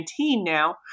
now